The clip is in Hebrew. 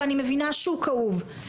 אני מבינה שהוא כאוב,